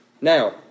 Now